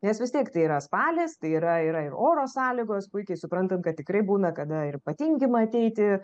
nes vis tiek tai yra spalis tai yra yra ir oro sąlygos puikiai suprantam kad tikrai būna kada ir patingim ateiti